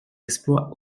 exploits